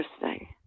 interesting